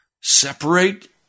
separate